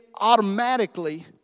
automatically